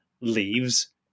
leaves